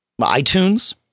iTunes